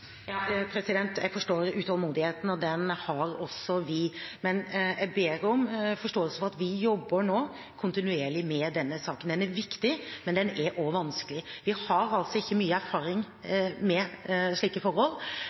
Jeg forstår utålmodigheten, og den har også vi. Men jeg ber om forståelse for at vi nå jobber kontinuerlig med denne saken. Den er viktig, men den er også vanskelig. Vi har ikke mye erfaring med slike forhold,